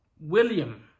William